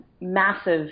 massive